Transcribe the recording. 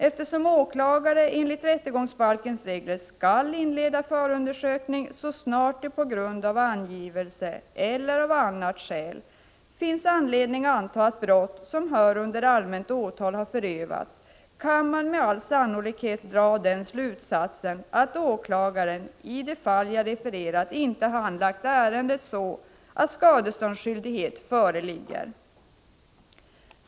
Eftersom åklagare enligt rättegångsbalkens regler skall inleda förundersökning så snart det på grund av angivelser eller av annat skäl finns anledning anta att brott som hör under allmänt åtal har förövats, kan man med all sannolikhet dra den slutsatsen att åklagaren i det fall jag refererat inte handlagt ärendet så att skadeståndsskyldighet föreligger.